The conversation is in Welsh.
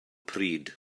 pryd